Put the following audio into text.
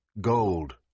gold